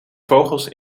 vogels